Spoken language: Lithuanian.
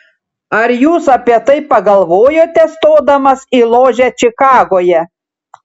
ar jūs apie tai pagalvojote stodamas į ložę čikagoje